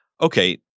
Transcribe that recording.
okay